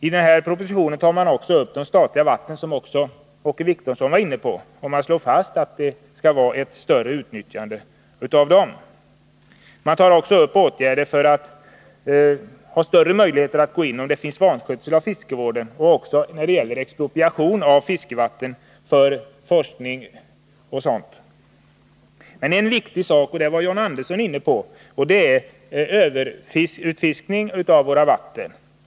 I propositionen tas vidare upp frågan om de statliga vattnen, som också Åke Wictorsson var inne på, och det slås fast att dessa vatten skall utnyttjas i större utsträckning. Man tar även upp frågan om åtgärder vid vanskötsel av fiskevården och frågan om expropriation av vatten för forskning o. d. John Andersson var inne på en viktig sak, nämligen överutfiskningen av våra vatten.